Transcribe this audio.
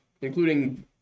including